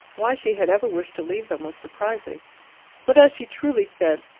why she had ever wished to leave them was surprising but as she truly said,